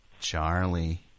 Charlie